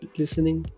listening